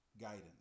guidance